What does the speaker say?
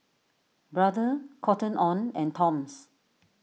Brother Cotton on and Toms